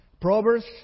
Proverbs